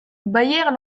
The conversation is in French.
bayer